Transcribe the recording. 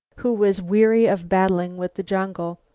who was weary of battling with the jungle.